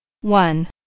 one